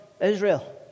Israel